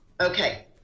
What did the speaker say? Okay